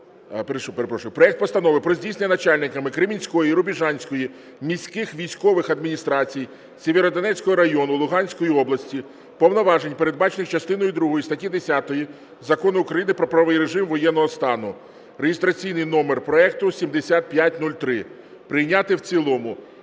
Проект Постанови про здійснення начальниками Кремінської, Рубіжанської міських військових адміністрацій Сєвєродонецького району Луганської області повноважень, передбачених частиною другою статті 10 Закону України "Про правовий режим воєнного стану" (реєстраційний номер проекту 7503) прийняти в цілому.